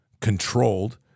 controlled